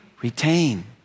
retain